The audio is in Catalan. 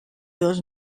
dos